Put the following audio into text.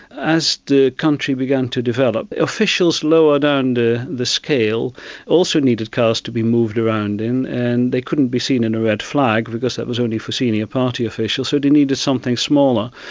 as the country began to develop, officials lower down the scale also needed cars to be moved around in and they couldn't be seen in a red flag because that was only for senior party officials, so they needed something smaller.